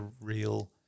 real